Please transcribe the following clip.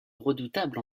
redoutable